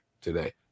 today